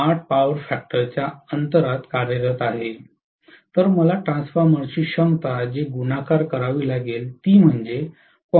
8 power फॅक्टरच्या अंतरात कार्यरत आहे तर मला ट्रान्सफॉर्मरची क्षमता जे गुणाकार करावी लागेल ती म्हणजे 0